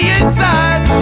inside